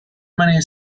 many